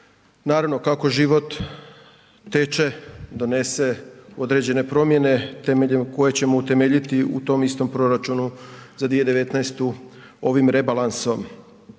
Naravno kako život teče, donese određene promjene temeljem koje ćemo utemeljiti u tom istom proračunu za 2019. ovim rebalansom.